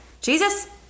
Jesus